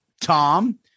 Tom